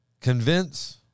convince